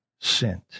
sent